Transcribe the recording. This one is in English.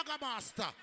Master